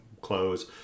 clothes